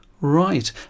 Right